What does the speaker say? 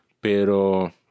Pero